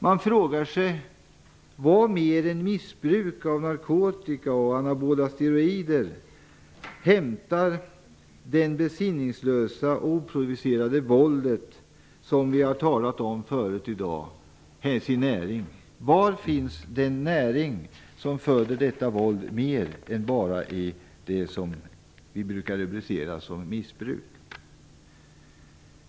Man frågar sig: Var mer än i missbruk av narkotika och anabola steroider hämtar det besinningslösa och oprovocerade våld som vi i dag talat om sin näring? Var finns den näring som föder detta våld mer än i det som vi brukar rubricera som missbruk?